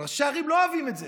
אבל ראשי הערים לא אוהבים את זה,